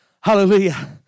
Hallelujah